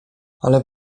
ale